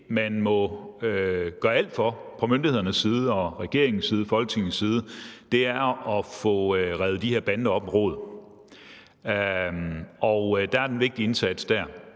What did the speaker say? man må gøre alt for fra myndighedernes side, regeringens side og Folketingets side, er at få revet de her bander op med rode. Der er en vigtig indsats der.